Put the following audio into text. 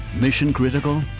mission-critical